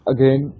Again